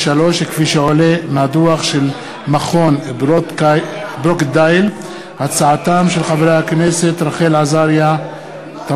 התרבות והספורט בעקבות דיון מהיר בהצעתו של חבר הכנסת יוסף ג'בארין